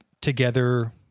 together